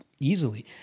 Easily